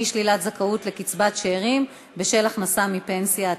אי-שלילת זכאות לקצבת שאירים בשל הכנסה מפנסיה),